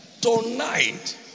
Tonight